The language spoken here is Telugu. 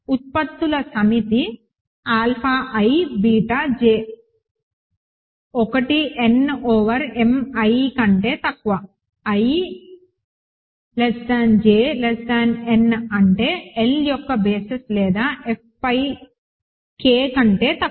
ఉత్పత్తుల సమితి alpha i beta j 1 n over m i కంటే తక్కువ 1jn అంటే L యొక్క బేసిస్ లేదా F పై K కంటే తక్కువ